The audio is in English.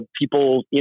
people